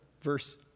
verse